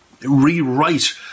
rewrite